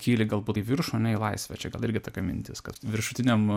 kyli galbūt į viršų ar ne į laisvę čia irgi tokia mintis kad viršutiniam